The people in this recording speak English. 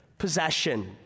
possession